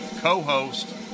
co-host